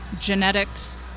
genetics